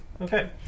Okay